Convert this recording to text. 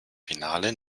finale